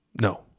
No